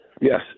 Yes